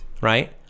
right